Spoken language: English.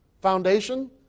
foundation